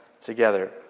together